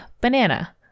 banana